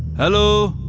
hello.